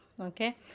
okay